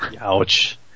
Ouch